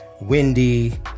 windy